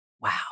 Wow